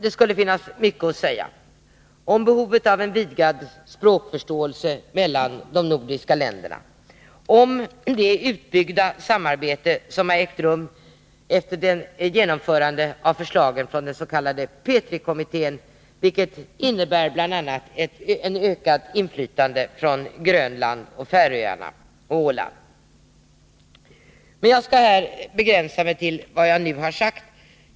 Det finns mycket att säga om behovet av en vidgad språkförståelse mellan de nordiska länderna, om det utbyggda samarbetet som har ägt rum efter genomförandet av förslagen från den s.k. Petrikommittén, vilket bl.a. innebär ett ökat inflytande från Grönland, Färöarna och Åland. Jag skall begränsa mig till vad jag nu har sagt.